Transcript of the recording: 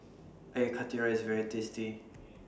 Air Karthira IS very tasty